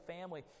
family